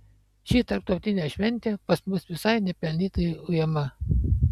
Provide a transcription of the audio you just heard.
ši tarptautinė šventė pas mus visai nepelnytai ujama